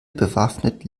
bewaffnet